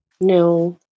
No